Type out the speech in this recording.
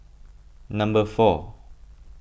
number four